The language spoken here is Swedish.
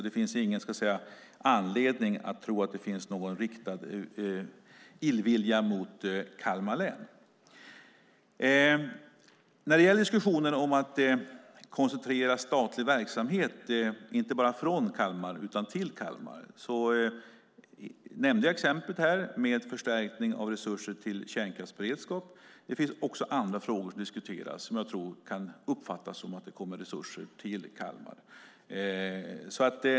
Det finns ingen anledning att tro att det finns någon riktad illvilja mot Kalmar län. När det gäller diskussionen om att koncentrera statlig verksamhet inte bara från Kalmar utan till Kalmar nämnde jag exemplet med förstärkning av resurser till kärnkraftsberedskap. Det finns också andra frågor som diskuteras som jag tror kan uppfattas som att det kommer resurser till Kalmar.